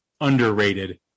underrated